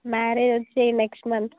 marriage వచ్చి next month